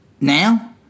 now